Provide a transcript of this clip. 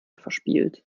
verspielt